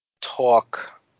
talk